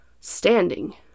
standing